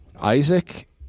Isaac